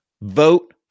Vote